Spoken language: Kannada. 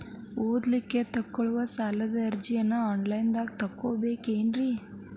ಓದಲಿಕ್ಕೆ ತಗೊಳ್ಳೋ ಸಾಲದ ಅರ್ಜಿ ಆನ್ಲೈನ್ದಾಗ ತಗೊಬೇಕೇನ್ರಿ?